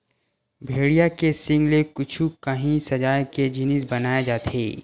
भेड़िया के सींग ले कुछु काही सजाए के जिनिस बनाए जाथे